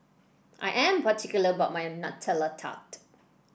I am particular about my Nutella Tart